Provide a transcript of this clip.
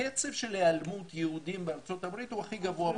הקצב של היעלמות יהודים בארצות הברית הוא הכי גבוה בעולם.